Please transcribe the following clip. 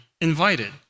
invited